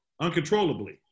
uncontrollably